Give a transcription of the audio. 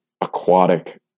aquatic